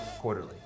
quarterly